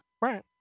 Right